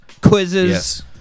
Quizzes